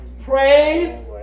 praise